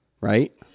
right